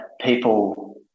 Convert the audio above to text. people